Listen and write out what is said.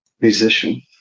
Musician